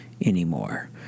anymore